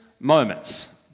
moments